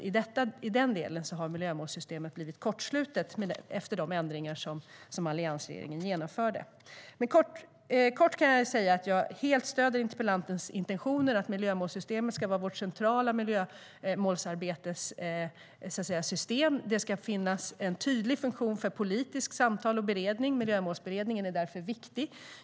I den delen har nämligen miljömålssystemet blivit kortslutet efter de ändringar alliansregeringen genomförde. Kort kan jag dock säga att jag helt stöder interpellantens intentioner att miljömålssystemet ska vara vårt centrala miljömålsarbetessystem. Det ska finnas en tydlig funktion för politiskt samtal och beredning, och Miljömålsberedningen är därför viktig.